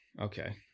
okay